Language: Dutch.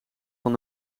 van